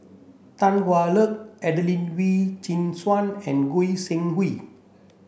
Tan Hwa Luck Adelene Wee Chin Suan and Goi Seng Hui